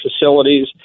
facilities